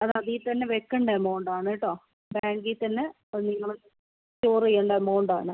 അത് അതിൽ തന്നെ വെക്കേണ്ട എമൌണ്ട് ആണ് കെട്ടോ ബാങ്കിൽ തന്നെ നിങ്ങൾ സ്റ്റോർ ചെയ്യേണ്ട എമൌണ്ട് ആണ്